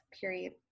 period